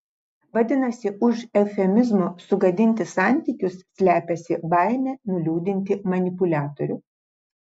vadinasi už eufemizmo sugadinti santykius slepiasi baimė nuliūdinti manipuliatorių